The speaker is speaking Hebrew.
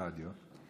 ברדיו.